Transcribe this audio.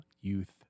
youth